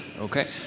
okay